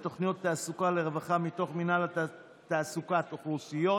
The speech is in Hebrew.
ותוכנית תעסוקה לרווחה מתוך מינהל תעסוקת אוכלוסיות,